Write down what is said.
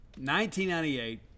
1998